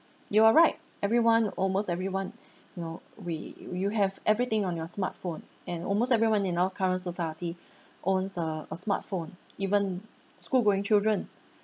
you are right everyone almost everyone you know we you have everything on your smartphone and almost everyone in our current society owns a a smartphone even school going children